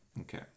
Okay